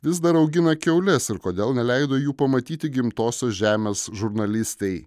vis dar augina kiaules ir kodėl neleido jų pamatyti gimtosios žemės žurnalistei